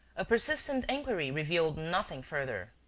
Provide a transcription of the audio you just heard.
a persistent inquiry revealed nothing further.